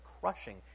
crushing